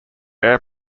air